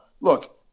Look